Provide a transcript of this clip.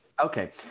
Okay